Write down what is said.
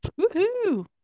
Woohoo